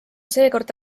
seekord